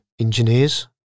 engineers